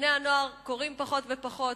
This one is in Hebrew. בני- הנוער קוראים פחות ופחות,